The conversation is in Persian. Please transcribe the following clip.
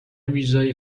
ویزای